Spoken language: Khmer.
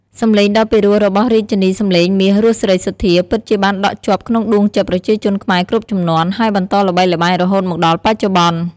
សំឡេងដ៏ពីរោះរបស់រាជិនីសម្លេងមាស រស់ សេរីសុទ្ធា ពិតជាបានដក់ជាប់ក្នុងដួងចិត្តប្រជាជនខ្មែរគ្រប់ជំនាន់ ហើយបន្តល្បីល្បាញរហូតមកដល់បច្ចុប្បន្ន។